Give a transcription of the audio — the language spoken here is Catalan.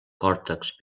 còrtex